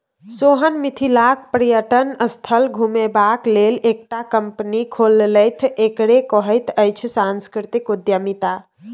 सोहन मिथिलाक पर्यटन स्थल घुमेबाक लेल एकटा कंपनी खोललथि एकरे कहैत अछि सांस्कृतिक उद्यमिता